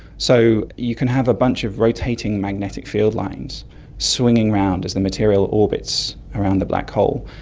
so you can have a bunch of rotating magnetic field lines swinging around as the material orbits around the black hole.